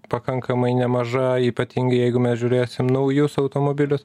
pakankamai nemaža ypatingai jeigu mes žiūrėsim naujus automobilius